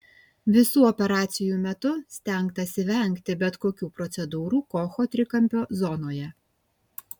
visų operacijų metu stengtasi vengti bet kokių procedūrų kocho trikampio zonoje